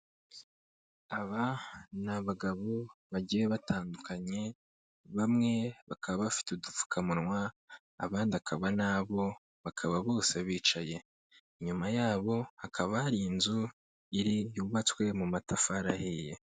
Aba n'abagabo bagiye batandukanye, bamwe bakaba bafite udupfukamunwa abandi akaba nabo bakaba bose bicaye, inyuma yabo hakaba hari inzu yubatswe mu matafari ahiye.